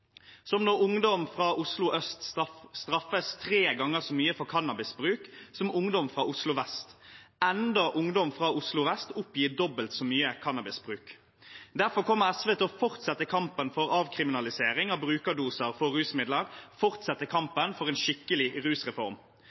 som når ungdom fra Oslo øst straffes tre ganger så mye for cannabisbruk som ungdom fra Oslo vest, enda ungdom fra Oslo vest oppgir dobbelt så mye cannabisbruk. Derfor kommer SV til å fortsette kampen for avkriminalisering av brukerdoser for rusmidler, fortsette kampen for en skikkelig rusreform.